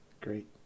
Great